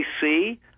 see